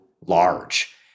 large